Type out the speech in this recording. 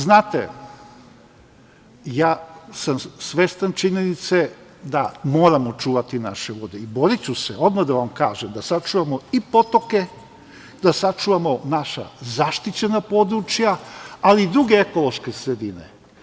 Znate, ja sam svestan činjenice da moramo čuvati i boriću se, odmah da vam kažem, da sačuvamo i potoke, da sačuvamo naša zaštićena područja, ali i druge ekološke sredine.